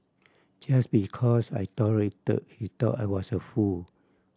just because I tolerated he thought I was a fool